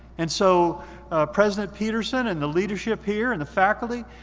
and so president peterson and the leadership here and the faculty,